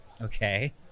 Okay